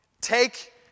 take